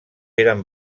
eren